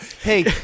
hey